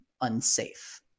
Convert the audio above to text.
Unsafe